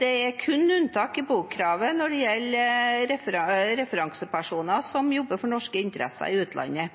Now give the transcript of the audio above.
Det er kun unntak fra bokravet når det gjelder referansepersoner som jobber for norske interesser i utlandet.